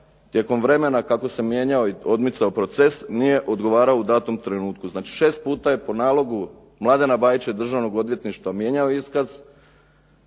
tijekom vremena kako se mijenjao i odmicao proces nije odgovarao u datom trenutku. Znači šest puta je po nalogu Mladena Bajića i Državnog odvjetništva mijenjao iskaz,